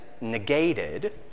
negated